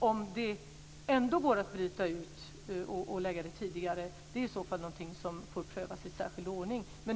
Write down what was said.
Om det ändå går att bryta ut detta och lägga det tidigare är i så fall något som får prövas i särskild ordning.